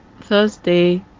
Thursday